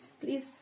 please